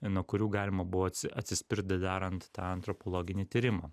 nuo kurių galima buvo atsispirtdi darant tą antropologinį tyrimą